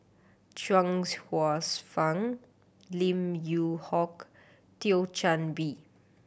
Chuang Hsueh Fang Lim Yew Hock Thio Chan Bee